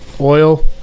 oil